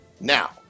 Now